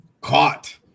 caught